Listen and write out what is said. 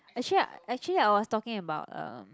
actually actually I was talking about um